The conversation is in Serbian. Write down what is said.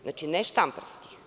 Znači, ne štamparskih.